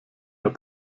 mehr